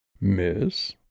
Miss